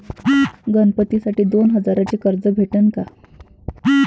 गणपतीसाठी दोन हजाराचे कर्ज भेटन का?